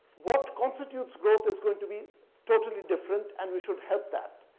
what constitutes growth is going to be totally different, and we should help that.